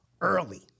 early